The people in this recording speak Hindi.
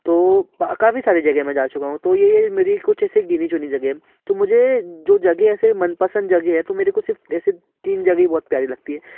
तो काफ़ी सारी जगह में जा चुका हूँ तो ये मेरी कुछ ऐसी गिनी चुनी जगह हैं तो मुझे जो जगह ऐसे मन पसंद जगह है तो तो मेरे को सिर्फ ऐसे तीन जगह बहुत प्यारी लगती हैं